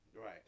right